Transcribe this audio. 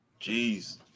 Jeez